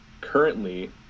Currently